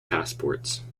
passports